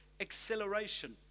acceleration